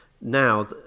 now